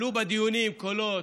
עלו בדיונים קולות,